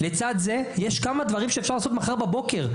לצד זה יש כמה דברים שאפשר לעשות מחר בבוקר.